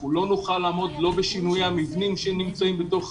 אנחנו לא נוכל לעמוד לא בשינוי המבנים שנמצאים בתוך